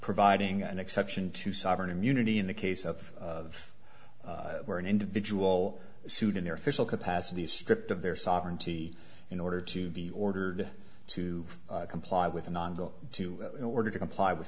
providing an exception to sovereign immunity in the case of where an individual sued in their official capacity is stripped of their sovereignty in order to be ordered to comply with a non go to in order to comply with